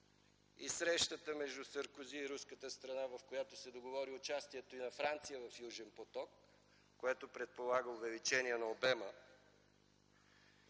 и срещата между Саркози и руската страна, в която се договори участието на Франция в „Южен поток”, което предполага увеличение на обема.